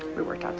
we worked out the